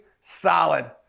Solid